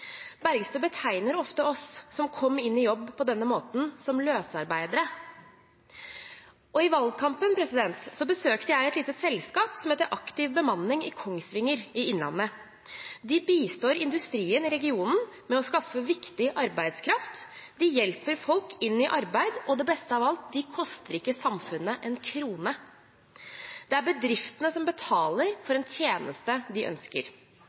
Bergstø betegner ofte oss, som kom inn i jobb på denne måten, som løsarbeidere. I valgkampen besøkte jeg et lite selskap som heter Aktiv Bemanning på Kongsvinger i Innlandet. De bistår industrien i regionen med å skaffe viktig arbeidskraft, de hjelper folk inn i arbeid, og – det beste av alt – de koster ikke samfunnet én krone. Det er bedriftene som betaler for en tjeneste de ønsker.